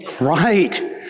Right